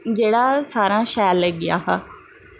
जेह्ड़ा सारें हा शैल लग्गेआ हा